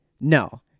no